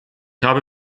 habe